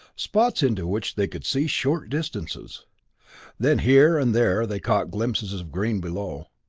spots into which they could see short distances then here and there they caught glimpses of green below.